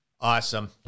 Awesome